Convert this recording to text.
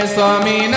Swami